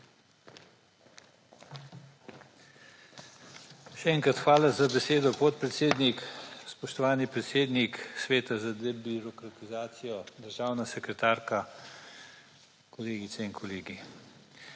Še enkrat, hvala za besedo, podpredsednik. Spoštovani predsednik Sveta za debirokratizacijo, državna sekretarka, kolegice in kolegi!